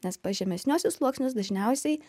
nes pas žemesniuosius sluoksnius dažniausiai